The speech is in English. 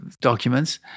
documents